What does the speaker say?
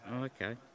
Okay